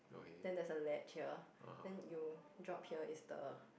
then there's a ledge here then you drop here is the